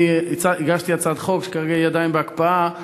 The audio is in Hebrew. אני הגשתי הצעת חוק, כרגע היא עדיין בהקפאה,